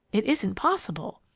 it isn't possible!